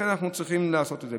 לכן אנחנו צריכים לעשות את זה.